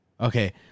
okay